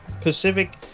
Pacific